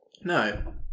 No